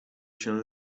się